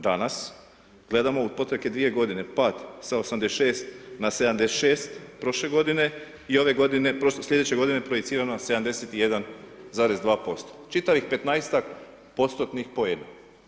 Danas gledamo u protekle 2 godine pad sa 86 na 76 prošle godine i ove godine, sljedeće godine projicirano 71,2%, čitavih 15-ak postotnih poena.